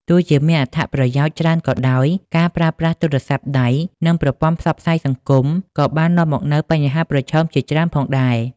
ទោះជាមានអត្ថប្រយោជន៍ច្រើនក៏ដោយ ការប្រើប្រាស់ទូរស័ព្ទដៃ និងប្រព័ន្ធផ្សព្វផ្សាយសង្គមក៏បាននាំមកនូវបញ្ហាប្រឈមជាច្រើនផងដែរ។